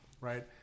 right